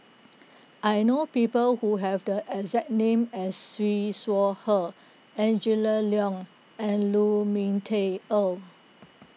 I know people who have the exact name as Siew Shaw Her Angela Liong and Lu Ming Teh Earl